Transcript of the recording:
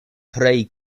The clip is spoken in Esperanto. krei